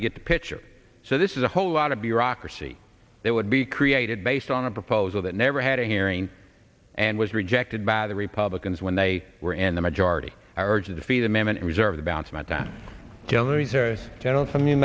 you get the picture so this is a whole lot of bureaucracy that would be created based on a proposal that never had a hearing and was rejected by the republicans when they were in the majority i urged to feed them and reserve the bounce amount that